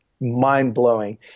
mind-blowing